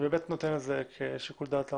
אני נותן את זה כשיקול דעת הרשות.